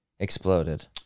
Exploded